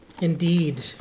indeed